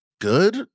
good